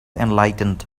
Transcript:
enlightened